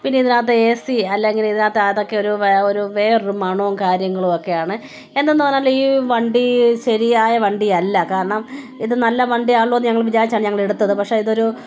പിന്നെ ഇതിനകത്തെ A C അല്ലെങ്കിൽ ഇതിനകത്തെ അതൊക്കെ ഒരു ഒരു വേറെ ഒരു മണവും കാര്യങ്ങളുമൊക്കെയാണ് എന്തെന്നു പറഞ്ഞാൽ ഈ വണ്ടി ശരിയായ വണ്ടി അല്ല കാരണം ഇത് നല്ല വണ്ടി ആണല്ലോ എന്ന് ഞങ്ങൾ വിചാരിച്ചാണ് ഞങ്ങൾ എടുത്തത് പക്ഷെ ഇത് ഒരു